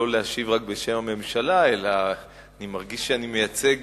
לא להשיב רק בשם הממשלה אלא אני מרגיש שאני מייצג